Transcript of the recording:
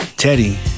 Teddy